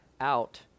out